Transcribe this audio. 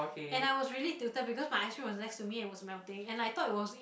and I was really tilted because my ice cream was next to me and it was melting and I thought it was